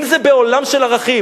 אם זה בעולם של ערכים.